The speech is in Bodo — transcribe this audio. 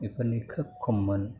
बेफोरनि खोब खममोन